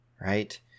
right